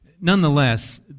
Nonetheless